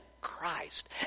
Christ